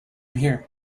here